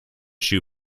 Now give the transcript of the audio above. shoe